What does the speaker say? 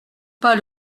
pas